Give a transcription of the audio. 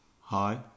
Hi